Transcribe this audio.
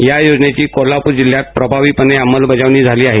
या योजनेची कोल्हापूर जिल्ह्यात प्रभावीपणे अमंलबजावणी झाली आहे